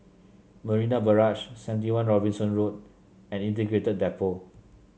Marina Barrage Seventy One Robinson Road and Integrated Depot